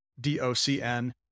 D-O-C-N